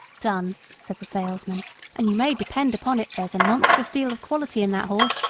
done, said the salesman and you may depend upon it there's a monstrous deal of quality in that horse,